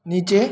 नीचे